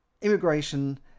immigration